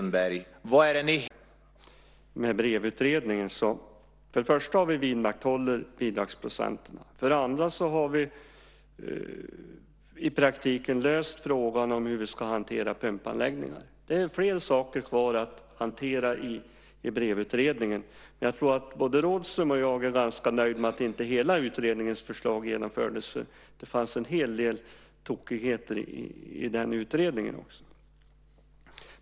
Fru talman! Vi kan börja med Brevutredningen. För det första har vi vidmakthållit bidragsprocenten. För det andra har vi i praktiken löst frågan om hur vi ska hantera pumpanläggningar. Det är flera saker kvar att hantera i Brevutredningen, men jag tror att både Rådhström och jag är ganska nöjda med att inte hela utredningens förslag genomfördes. Det fanns en hel del tokigheter i den utredningen.